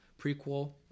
prequel